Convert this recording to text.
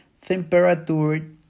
temperature